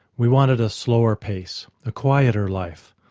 we wanted a slower pace, a quieter life,